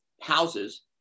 houses